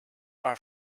are